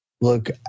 look